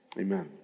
Amen